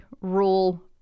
rule